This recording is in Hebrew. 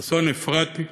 ששון אפרתי,